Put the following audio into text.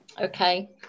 Okay